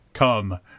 Come